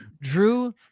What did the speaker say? Drew